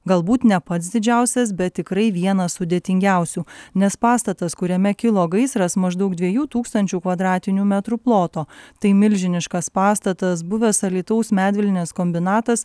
galbūt ne pats didžiausias bet tikrai vienas sudėtingiausių nes pastatas kuriame kilo gaisras maždaug dviejų tūkstančių kvadratinių metrų ploto tai milžiniškas pastatas buvęs alytaus medvilnės kombinatas